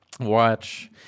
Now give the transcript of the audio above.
watch